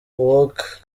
uok